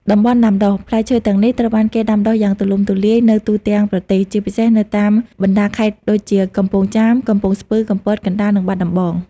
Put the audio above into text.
តំបន់ដាំដុះ: ផ្លែឈើទាំងនេះត្រូវបានគេដាំដុះយ៉ាងទូលំទូលាយនៅទូទាំងប្រទេស ជាពិសេសនៅតាមបណ្តាខេត្តដូចជា កំពង់ចាម កំពង់ស្ពឺ កំពត កណ្តាល និងបាត់ដំបង។